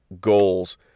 goals